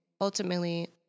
ultimately